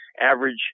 average